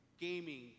gaming